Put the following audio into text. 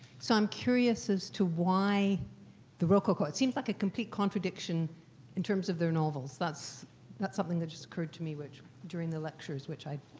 so i'm curious as to why the rococo. it seems like a complete contradiction in terms of their novels. that's that's something that just occurred to me which during the lectures, which i'd